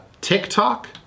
TikTok